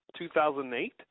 2008